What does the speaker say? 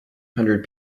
hundred